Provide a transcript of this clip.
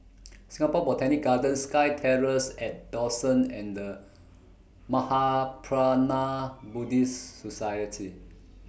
Singapore Botanic Gardens SkyTerrace At Dawson and The Mahaprajna Buddhist Society